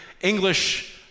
English